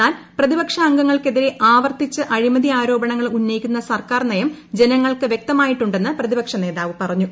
എന്നാൽ പ്രതിപക്ഷ അംഗങ്ങൾക്കെതിരെ ആവർത്തിച്ച് അഴിമതി ആരോപണങ്ങൾ ഉന്നയിക്കുന്ന സർക്കാർ നയം ജനങ്ങൾക്ക് വ്യക്തമായിട്ടുണ്ടെന്ന് പ്രതിപക്ഷ നേതാവ് പറഞ്ഞു